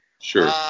Sure